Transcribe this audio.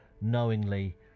knowingly